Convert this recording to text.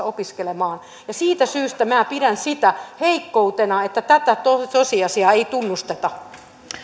opiskelemaan siitä syystä minä pidän sitä heikkoutena että tätä tosiasiaa ei tunnusteta